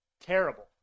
terrible